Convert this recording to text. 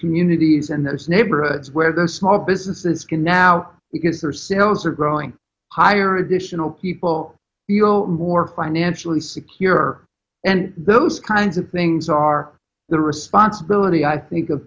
communities and those neighborhoods where those small businesses can now because their sales are growing higher additional people feel more financially secure and those kinds of things are the responsibility i think